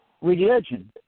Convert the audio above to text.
religion